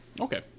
Okay